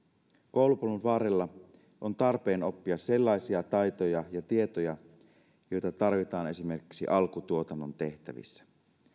koulupolun varrella on tarpeen oppia sellaisia taitoja ja tietoja joita tarvitaan esimerkiksi alkutuotannon tehtävissä